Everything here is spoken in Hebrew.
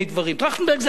טרכטנברג זה האוצר.